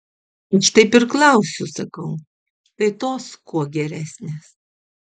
aš taip ir klausiu sakau tai tos kuo geresnės